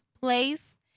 place